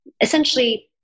essentially